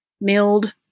milled